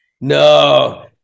No